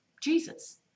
Jesus